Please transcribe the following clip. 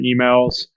emails